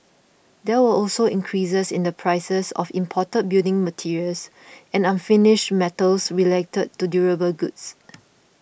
there were also increases in the prices of imported building materials and unfinished metals related to durable goods